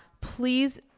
please